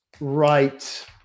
right